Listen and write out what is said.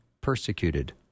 persecuted